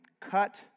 cut